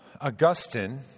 Augustine